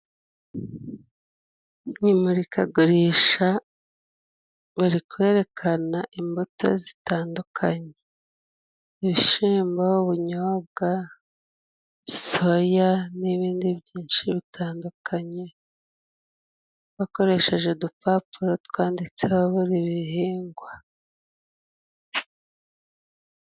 Imurikagurisha bari kwerekana imbuto zitandukanye, ibishimbo, ubunyobwa, soya, n'ibindi byinshi bitandukanye bakoresheje udupapuro twanditse buri ibihingwa.